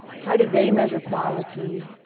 how do they measure quality,